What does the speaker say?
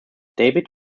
david